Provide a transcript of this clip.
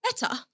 Better